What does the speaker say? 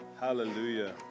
Hallelujah